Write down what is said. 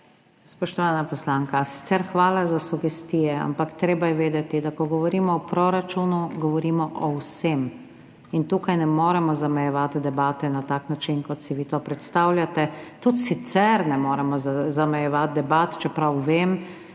Spoštovana poslanka, sicer hvala za sugestije, ampak treba je vedeti, da ko govorimo o proračunu, govorimo o vsem. In tukaj ne moremo zamejevati debate na tak način, kot si vi to predstavljate. Tudi sicer ne moremo zamejevati debat, čeprav vem,